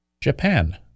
japan